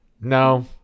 No